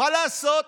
מה לעשות?